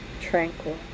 Tranquil